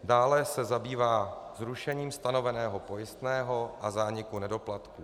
Dále se zabývá zrušením stanoveného pojistného a zániku nedoplatků.